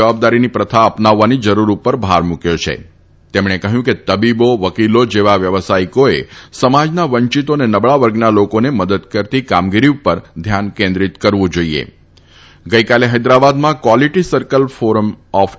જવાબદારીની પ્રથા અપનાવવાના જરૂર ઉપર ભાર મુક્યો છે તબીબો વકીલો જેવા વ્યવસાથીકોએ સમાજના વંચીતો અને અને નબળા વર્ગના લોકોને મદદ કરતી કામગીરી ઉપર ધ્યાન કેન્દ્રીત કરવું જાઈએગઈકાલે હૈદરાબાદમાં quality circle forum of E